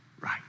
right